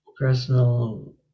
personal